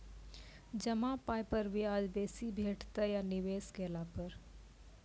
जमा पाय पर ब्याज बेसी भेटतै या निवेश केला पर?